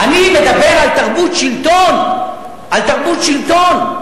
אני מדבר על תרבות שלטון, על תרבות שלטון.